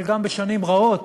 אבל גם בשנים רעות,